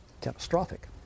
Catastrophic